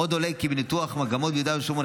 עוד עולה כי בניתוח מגמות ביהודה ושומרון,